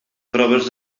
proves